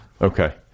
Okay